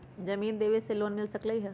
जमीन देवे से लोन मिल सकलइ ह?